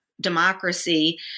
democracy